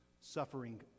suffering